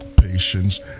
Patience